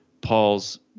Paul's